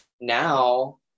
now